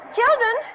Children